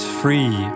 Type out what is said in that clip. free